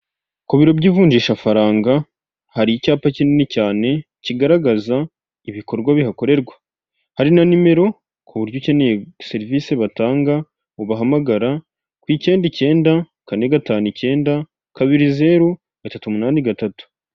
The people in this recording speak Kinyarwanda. Ku biro by'ivunjishafaranga hari icyapa kinini, cyane kigaragaza ibikorwa bihakorerwa. Hari na nimero, ku buryo ukeneye serivise batanga, ubahamagara ku icyenda icyenda, kane gatanu icyenda, kabiri zeru, batatu umunani gatatu.